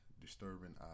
disturbing